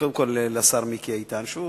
קודם כול, לשר מיקי איתן, שוב,